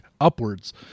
upwards